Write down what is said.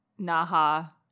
Naha